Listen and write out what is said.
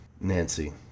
Nancy